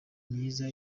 myiza